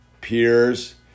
peers